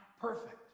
perfect